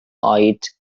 oed